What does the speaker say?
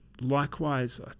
likewise